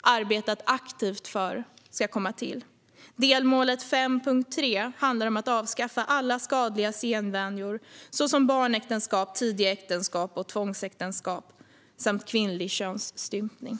har arbetat aktivt för att det målet ska komma till. Delmålet 5.3 handlar om att "avskaffa alla skadliga sedvänjor, såsom barnäktenskap, tidiga äktenskap och tvångsäktenskap samt kvinnlig könsstympning".